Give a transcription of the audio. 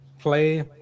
Play